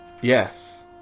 Yes